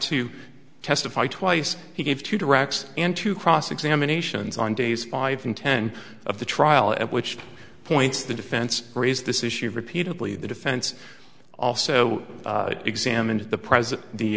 to testify twice he gave two directs and two cross examinations on days five in ten of the trial at which points the defense raised this issue repeatedly the defense also examined the